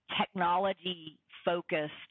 technology-focused